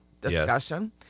discussion